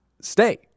stay